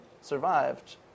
survived